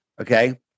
okay